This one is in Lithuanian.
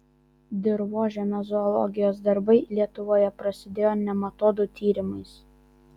dirvožemio zoologijos darbai lietuvoje prasidėjo nematodų tyrimais